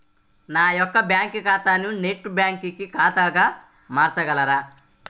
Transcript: నా యొక్క బ్యాంకు ఖాతాని నెట్ బ్యాంకింగ్ ఖాతాగా మార్చగలరా?